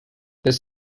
this